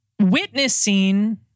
witnessing